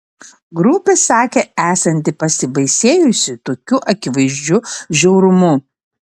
grupė sakė esanti pasibaisėjusi tokiu akivaizdžiu žiaurumu